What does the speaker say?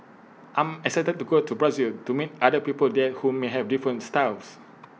I'm excited to go to Brazil to meet other people there who may have different styles